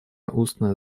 устное